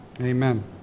Amen